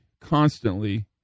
constantly